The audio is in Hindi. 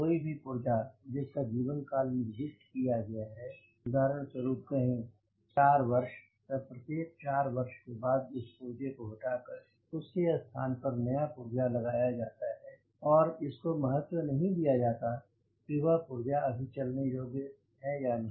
कोई भी पुरज़ा जिसका जीवन काल निर्दिष्ट किया गया है उदाहरण स्वरूप कहें 4 वर्ष तब प्रत्येक 4 वर्ष के बाद उस पुर्जे को हटाकर उसके स्थान पर नया पुरज़ा लगाया जाता है और इसको महत्व नहीं दिया जाता कि वह पुर्जा अभी चलने योग्य है या नहीं